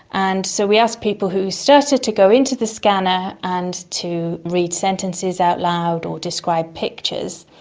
and so we asked people who stutter to go into the scanner and to read sentences out loud or describe pictures,